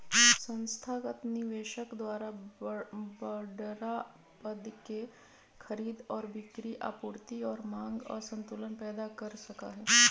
संस्थागत निवेशक द्वारा बडड़ा पद के खरीद और बिक्री आपूर्ति और मांग असंतुलन पैदा कर सका हई